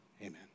Amen